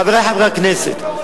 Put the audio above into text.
חברי חברי הכנסת,